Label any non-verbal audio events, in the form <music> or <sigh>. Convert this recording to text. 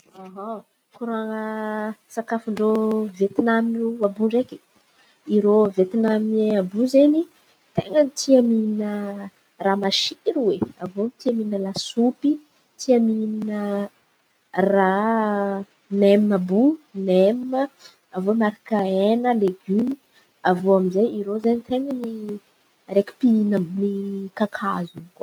<hesitation> koran̈a <hesitation> sakafon-drô Vietnam iô àby ndraiky, irô Vietnamiein iô àby izen̈y tena tia mihina <hesitation> raha masiro oe. Avô, tia mihin̈a lasopy, tia mihin̈a raha nem àby io. Nem irô avô miaraka hena legimo avô aminjay irô araiky ten̈a ny araiky mpihina amin-kakazo in̈y koa.